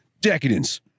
decadence